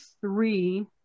three